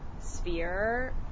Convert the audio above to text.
sphere